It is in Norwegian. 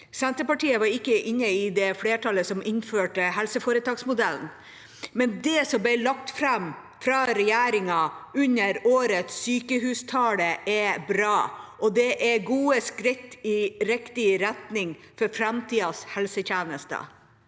Senterpartiet var ikke inne i det flertallet som innførte helseforetaksmodellen, men det som ble lagt fram fra regjeringa under årets sykehustale, er bra, og det er gode skritt i riktig retning for framtidas helsetjenester.